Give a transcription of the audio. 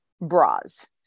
bras